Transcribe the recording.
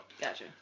Gotcha